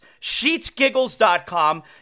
SheetsGiggles.com